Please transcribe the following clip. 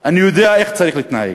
אני יודע איך צריך להתנהג.